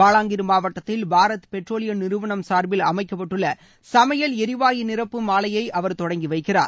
பாலாங்கீர் மாவட்டத்தில் பாரத் பெட்ரோலியம் நிறுவனம் சார்பில் அமைக்கப்பட்டுள்ள சமையல் எரிவாயு நிரப்பும் ஆலையை அவர் தொடங்கி வைக்கிறார்